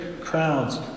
crowds